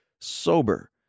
sober